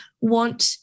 want